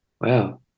Wow